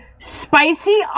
Spicy